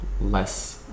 less